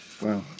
Wow